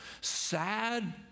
sad